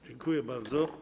Dziękuję bardzo.